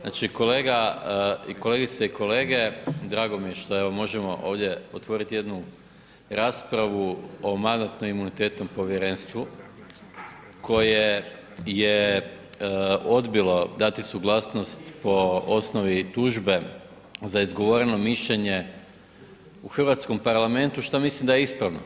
Znači kolega i kolegice i kolege, drago mi je što evo možemo ovdje otvoriti jednu raspravu o Mandatno-imunitetnom povjerenstvu koje je odbilo dati suglasnost po osnovi tužbe za izgovoreno mišljenje u hrvatskom parlamentu što mislim da je ispravno.